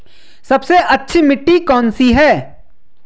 सबसे अच्छी मिट्टी कौन सी है?